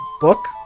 book